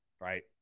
right